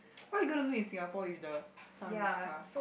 what you going to do in Singapore with the sunroof car